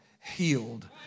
healed